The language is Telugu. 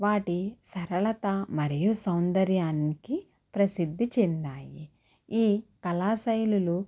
వాటి సరళత మరియు సౌందర్యానికి ప్రసిద్ధి చెందాయి ఈ కళా శైలులు